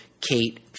Kate